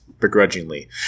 begrudgingly